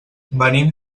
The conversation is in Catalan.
venim